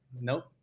Nope